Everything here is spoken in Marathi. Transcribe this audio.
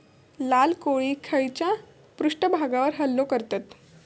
लाल कोळी खैच्या पृष्ठभागावर हल्लो करतत?